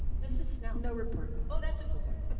mrs. snell. no report. oh, that's a good one.